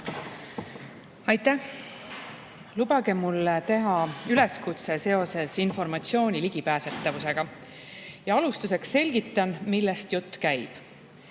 Aitäh! Lubage mul teha üleskutse seoses informatsioonile ligipääsetavusega. Alustuseks selgitan, millest jutt käib.